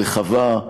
רחבה,